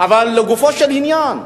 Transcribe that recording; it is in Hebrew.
אבל לגופו של עניין,